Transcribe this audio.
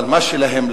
אבל מה שלהם,